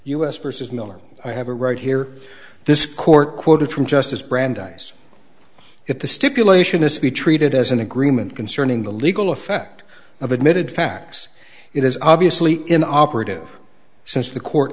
vs miller i have a right here this court quoted from justice brandeis if the stipulation is to be treated as an agreement concerning the legal effect of admitted facts it is obviously in operative since the court